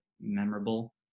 memorable